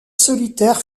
solitaire